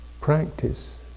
practice